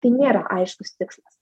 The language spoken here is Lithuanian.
tai nėra aiškus tikslas